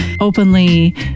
openly